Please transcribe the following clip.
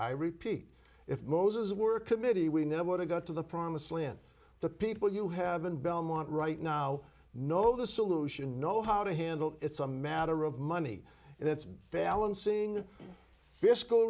i repeat if moses were committee we never would have got to the promised land the people you have in belmont right now know the solution know how to handle it's a matter of money and it's balancing fiscal